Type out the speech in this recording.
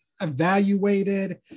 evaluated